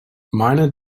minor